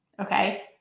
okay